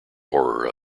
horror